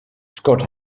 scott